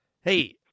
Hey